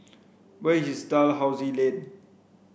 where is Dalhousie Lane